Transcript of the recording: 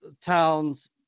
towns